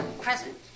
Present